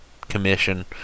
Commission